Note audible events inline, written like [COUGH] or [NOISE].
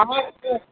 [UNINTELLIGIBLE]